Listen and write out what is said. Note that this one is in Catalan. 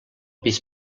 pis